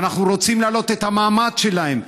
שאנחנו רוצים להעלות את המעמד שלהם.